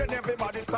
and everybody